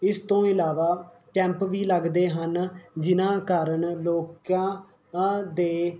ਇਸ ਤੋਂ ਇਲਾਵਾ ਕੈਂਪ ਵੀ ਲੱਗਦੇ ਹਨ ਜਿਨ੍ਹਾਂ ਕਾਰਨ ਲੋਕਾਂ ਕਾਂ ਦੇ